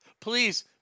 Please